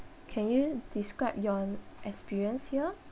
can you describe your experience here